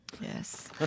Yes